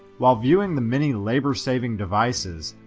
while viewing the many labor-saving devices,